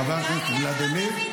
חבר הכנסת ולדימיר.